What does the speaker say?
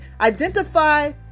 Identify